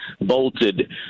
bolted